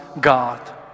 God